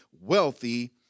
wealthy